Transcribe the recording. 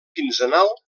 quinzenal